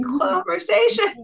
conversation